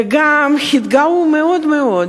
וגם התגאו מאוד מאוד,